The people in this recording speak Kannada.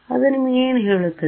ಅದು ನಿಮಗೆ ಏನು ಹೇಳುತ್ತದೆ